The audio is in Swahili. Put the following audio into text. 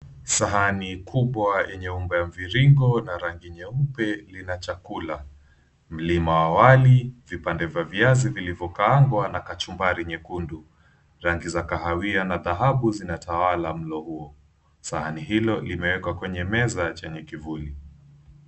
Sahani kubwa yenye umbo ya mviringo na rangi nyeupe lina chakula. Mlima wa wali, vipande vya viazi vilivyokaangwa na kachumbari nyekundu. Rangi za kahawia na dhahabu zinatawala mlo huo. Sahani hilo imeekwa kwenye meza chenye kivuli.